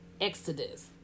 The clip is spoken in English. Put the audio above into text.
Exodus